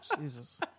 Jesus